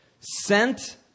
sent